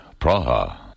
Praha